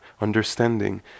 understanding